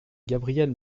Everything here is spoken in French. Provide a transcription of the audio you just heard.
gabriel